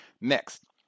Next